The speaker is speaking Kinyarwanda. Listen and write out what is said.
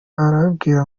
arababwira